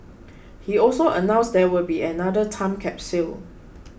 he also announced there will be another time capsule